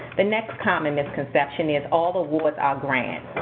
the next common misconception is all awards are grants.